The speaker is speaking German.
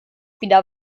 wieder